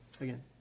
again